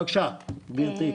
בבקשה, גברתי.